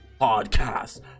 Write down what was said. podcast